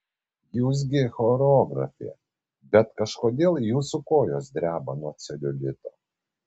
jūs gi choreografė bet kažkodėl jūsų kojos dreba nuo celiulito